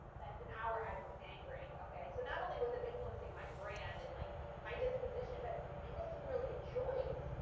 but after an hour i was angry, okay? so not only was it influencing my brand and like my disposition, but i didn't really enjoy it.